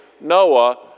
Noah